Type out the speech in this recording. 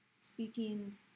Speaking